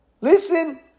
Listen